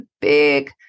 big